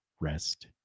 rest